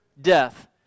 death